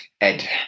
Ed